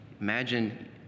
imagine